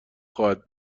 خواهد